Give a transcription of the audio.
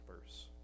verse